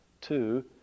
Two